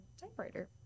typewriter